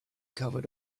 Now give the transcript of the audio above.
covered